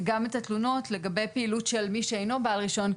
גם את התלונות לגבי פעילות של מי שאינו בעל רישיון.